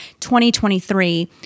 2023